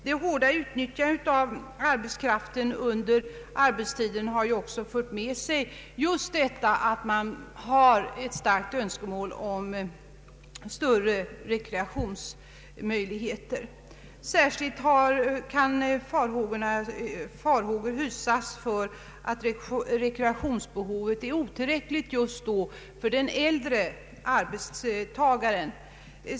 Det hårda utnyttjandet av arbetskraften under arbetstiden har fört med sig ett starkt önskemål om bättre rekreationsmöjligheter. Särskilt kan farhågor hysas för att rekreationsbehovet är otillräckligt tillgodosett för äldre arbetstagare.